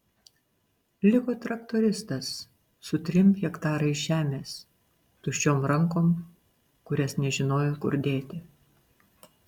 liko traktoristas su trim hektarais žemės tuščiom rankom kurias nežinojo kur dėti